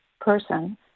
person